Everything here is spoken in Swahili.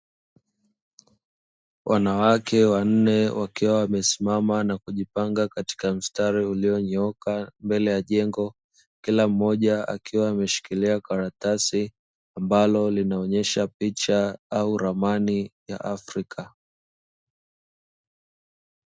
Wanawake wanne wakiwa wamesimama na kujipanga katika mstari ulionyooka mbele ya jengo; kila mmoja akiwa ameshikilia karatasi ambalo linaonyesha picha au ramani ya Afrika.